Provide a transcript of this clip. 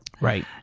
Right